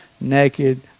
naked